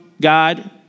God